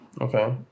okay